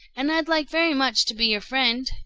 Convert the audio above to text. and i'd like very much to be your friend,